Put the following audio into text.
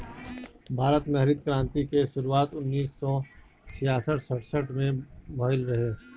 भारत में हरित क्रांति के शुरुआत उन्नीस सौ छियासठ सड़सठ में भइल रहे